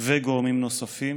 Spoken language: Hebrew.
וגורמים נוספים,